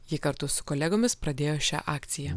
ji kartu su kolegomis pradėjo šią akciją